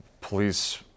police